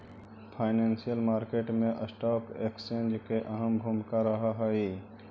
financial market मैं stock exchange के अहम भूमिका रहऽ हइ